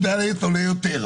זה עולה יותר.